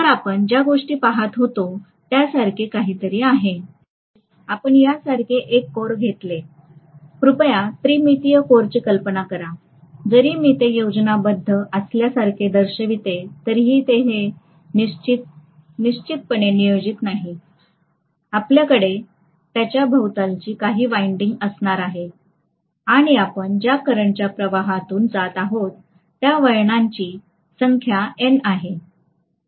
तर आपण ज्या गोष्टी पहात होतो त्यासारखे काहीतरी आहे कदाचित आपण यासारखे एक कोर घेतले कृपया त्रिमितीय कोरची कल्पना करा जरी मी ते योजनाबद्ध असल्यासारखे दर्शविते तरीही हे निश्चितपणे नियोजित नाही आपल्याकडे त्याच्या भोवतालची काही वायंडिंग असणार आहे आणि आपण ज्या करंटच्या प्रवाहातून जात आहोत त्या वळणांची संख्या एन आहे